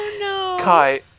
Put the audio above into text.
Kai